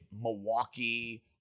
Milwaukee